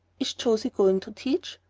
is josie going to teach?